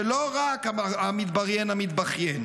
זה לא רק המתבריין המתבכיין.